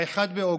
ב-1 באוגוסט,